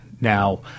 Now